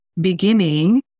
beginning